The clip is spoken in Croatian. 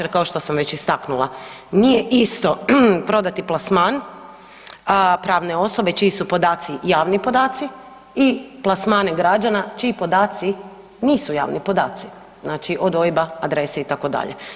Jer kao što sam već istaknula nije isto prodati plasman pravne osobe čiji su podaci javni podaci i plasmane građana čiji podaci nisu javni podaci znači od OIB-a, adrese itd.